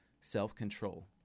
self-control